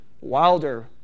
wilder